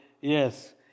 yes